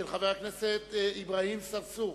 של חבר הכנסת אברהים צרצור,